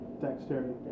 Dexterity